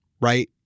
Right